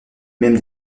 même